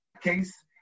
case